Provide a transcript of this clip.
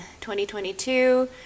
2022